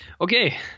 Okay